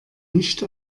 nicht